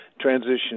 transition